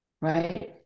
right